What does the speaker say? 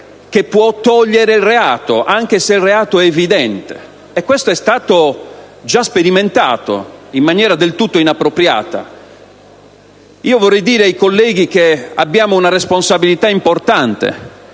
che può eliminare il reato, anche se il reato è evidente e non è ministeriale. E questo è stato già sperimentato, in maniera del tutto inappropriata. Vorrei dire ai colleghi che abbiamo una responsabilità importante